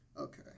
Okay